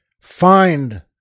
find